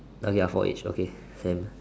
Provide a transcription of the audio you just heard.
okay ah four each okay same